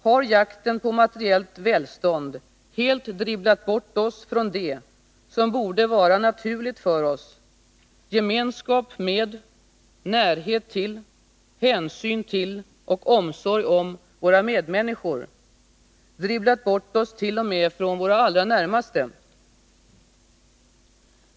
Har jakten på materiellt välstånd helt dribblat bort oss från det som borde vara naturligt för oss, gemenskap med, närhet till, hänsyn till och omsorg om våra medmänniskor — dribblat bort oss t.o.m. från våra allra närmaste?